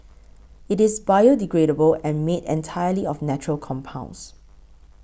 it is biodegradable and made entirely of natural compounds